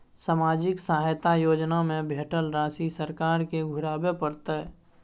सामाजिक सहायता योजना में भेटल राशि सरकार के घुराबै परतै?